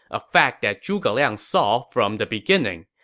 a fact that zhuge liang saw from the beginning.